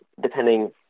depending